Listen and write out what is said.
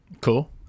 Cool